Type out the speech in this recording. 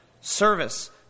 service